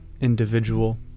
individual